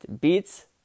beats